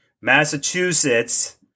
Massachusetts